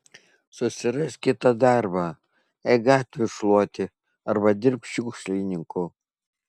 susirask kitą darbą eik gatvių šluoti arba dirbk šiukšlininku